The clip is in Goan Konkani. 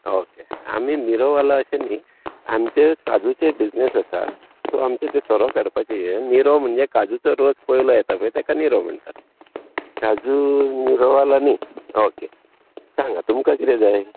ओके आमी निरोवाला अशे न्हय आमचे काजूचे बिझनस आसा सो आमचे ते सोरो काडपाचें हें निरो म्हणजे काजूचो रोस पयलो येता पळय ताका निरो म्हणटात काजू निरोवाला न्हय ओके सांगां तुमकां कितें जाय